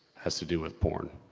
has to do with porn.